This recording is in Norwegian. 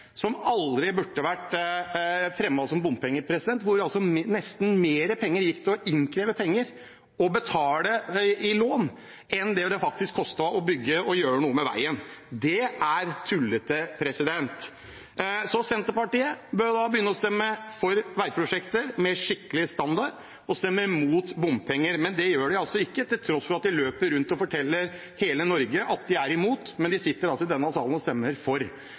som aldri burde vært fremmet som bompengeprosjekt. Nesten mer penger gikk til å innkreve penger og betale ned lån enn det faktisk kostet å bygge og gjøre noe med veien. Det er tullete. Så Senterpartiet bør begynne å stemme for veiprosjekter med skikkelig standard, og stemme imot bompenger. Men det gjør de altså ikke, til tross for at de løper rundt og forteller hele Norge at de er imot. Men de sitter altså i denne salen og stemmer for.